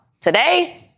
today